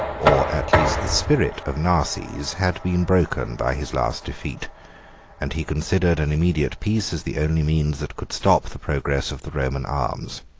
or at least the spirit, of narses, had been broken by his last defeat and he considered an immediate peace as the only means that could stop the progress of the roman arms.